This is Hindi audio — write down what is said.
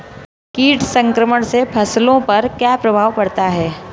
कीट संक्रमण से फसलों पर क्या प्रभाव पड़ता है?